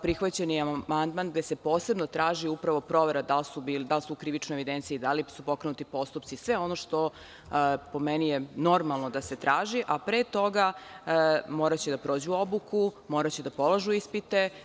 Prihvaćen je amandman gde se posebno traži upravo provera da li su u krivičnoj evidenciji, da li su pokrenuti postupci, sve ono što po meni je normalno da se traži, a pre toga moraće da prođu obuku, moraće da polažu ispite.